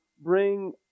bring